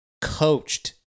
coached